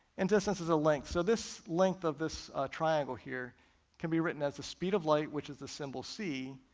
and distance is a length, so this length of this triangle here can be written as the speed of light, which is the symbol c,